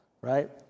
right